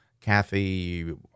Kathy